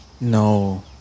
no